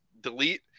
delete